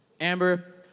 Amber